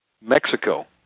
Mexico